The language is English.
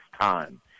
time